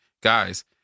guys